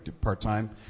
part-time